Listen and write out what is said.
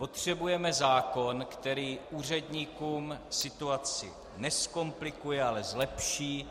Potřebujeme zákon, který úředníkům situaci nezkomplikuje, ale zlepší